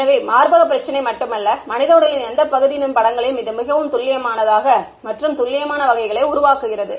எனவே மார்பக பிரச்சினை மட்டுமல்ல மனித உடலின் எந்தப் பகுதியினதும் படங்களையும் இது மிகவும் துல்லியமான மற்றும் துல்லியமான வகைகளை உருவாக்குகிறது